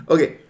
Okay